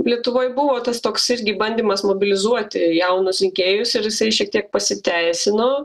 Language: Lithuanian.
lietuvoj buvo tas toks irgi bandymas mobilizuoti jaunus rinkėjus ir jisai šiek tiek pasiteisino